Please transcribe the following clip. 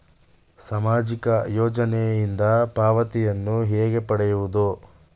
ಸಾಮಾಜಿಕ ಯೋಜನೆಯಿಂದ ಪಾವತಿಯನ್ನು ಹೇಗೆ ಪಡೆಯುವುದು?